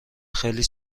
خیلی